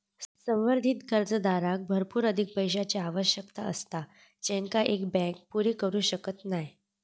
संवर्धित कर्जदाराक भरपूर अधिक पैशाची आवश्यकता असता जेंका एक बँक पुरी करू शकत नाय